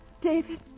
David